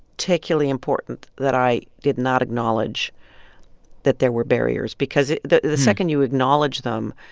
particularly important that i did not acknowledge that there were barriers because it the the second you acknowledge them,